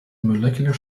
molecular